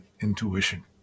intuition